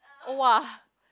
!wah!